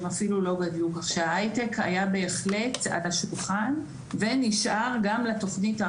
בהקשר של בתי הספר,